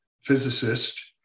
physicist